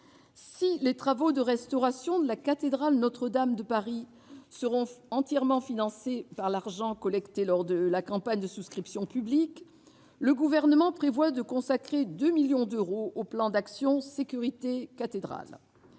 Si les travaux de restauration de la cathédrale Notre-Dame de Paris seront entièrement financés par l'argent collecté lors de la campagne de souscription publique, le Gouvernement prévoit de consacrer 2 millions d'euros au plan d'action « sécurité cathédrales